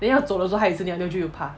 then 要走的时候它也是那样 then 我就怕